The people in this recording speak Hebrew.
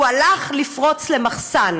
הוא הלך לפרוץ למחסן.